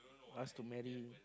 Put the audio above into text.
us to marry